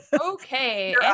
Okay